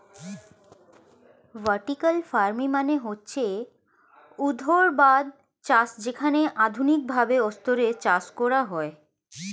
vertical farming মানে হচ্ছে ঊর্ধ্বাধ চাষ যেখানে আধুনিক ভাবে স্তরে চাষ করা হয়